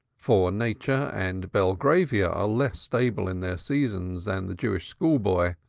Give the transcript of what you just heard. for nature and belgravia are less stable in their seasons than the jewish schoolboy,